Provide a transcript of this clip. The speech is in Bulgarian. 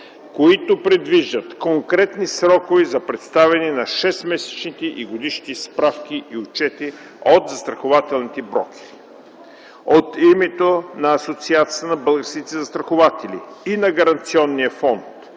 които предвиждат конкретни срокове за представяне на шестмесечните и годишните справки и отчети от застрахователните брокери. От името на Асоциацията на българските застрахователи и на Гаранционния фонд,